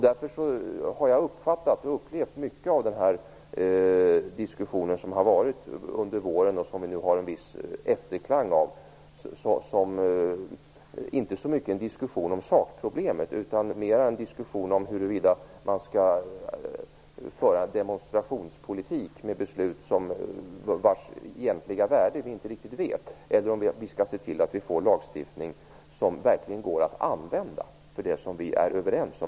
Därför har jag uppfattat att mycket av den diskussion som har förts under våren, och som vi nu kan höra en viss efterklang av, inte har handlat så mycket om sakproblemet utan det har varit en diskussion mera om hur man skall föra en demonstrationspolitik med beslut vars egentliga värde vi inte riktigt vet. Vi skall se till att vi får en lagstiftning som verkligen går att använda på det sätt som vi är överens om.